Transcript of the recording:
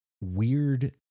weird